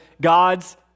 God's